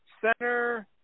Center